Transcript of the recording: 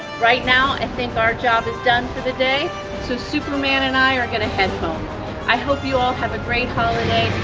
right now i think our job is done for the day so superman and i are going to head home i hope you all have a great holiday,